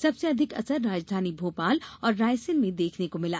सबसे अधिक असर राजधानी भोपाल और रायसेन में देखने को मिला